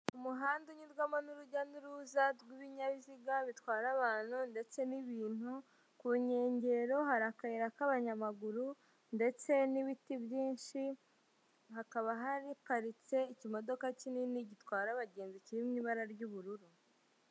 Umuhanda unyurwamo n'urujya n'uruza rw'ibinyabiziga bitwara abantu ndetse n'ibintu; ku nkengero hari akayira k'abanyamaguru ndetse n'ibiti byinshi, hakaba haparitse ikimodoka kinini gitwara abagenzi kiri mu ibara ry'ubururu.